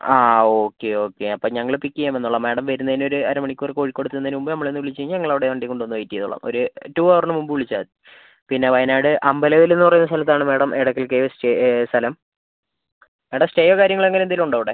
ആ okay okay അപ്പം ഞങ്ങൾ പിക്ക് ചെയ്യാൻ വന്നോളാം മാഡം വരുന്നതിന് ഒരു അരമണിക്കൂർ കോഴിക്കോട് എത്തുന്നതിന് മുമ്പേ നമ്മളെ ഒന്ന് വിളിച്ച് കഴിഞ്ഞാൽ ഞങ്ങൾ അവിടെ വണ്ടി കൊണ്ട് വന്ന് വെയിറ്റ് ചെയ്തോളാം ഒരു ടു ഹവറിന് മുമ്പ് വിളിച്ചാൽ മതി പിന്നെ വയനാട് അമ്പലവില്ലെന്ന് പറയുന്ന സ്ഥലത്താണ് മാഡം എടയ്ക്കൽ കേവ് സ്റ്റേ സ്ഥലം അവിടെ സ്റ്റേയോ കാര്യങ്ങൾ അങ്ങനെ എന്തെങ്കിലും ഉണ്ടോ അവിടെ